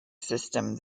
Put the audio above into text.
system